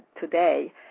today